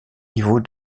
niveaux